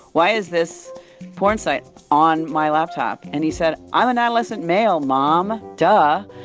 why is this porn site on my laptop? and he said, i'm an adolescent male, mom. duh.